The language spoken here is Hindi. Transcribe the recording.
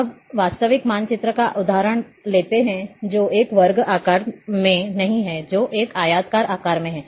अब वास्तविक मानचित्र का उदाहरण लेते हैं जो एक वर्ग आकार में नहीं है जो एक आयताकार आकार में है